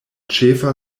ĉefa